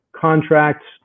contracts